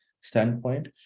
standpoint